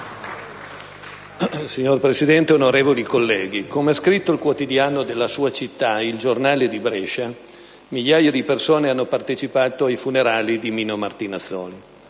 Signor Presidente, onorevoli colleghi, come ha scritto il quotidiano della sua città, il «Giornale di Brescia», migliaia di persone hanno partecipato ai funerali di Mino Martinazzoli.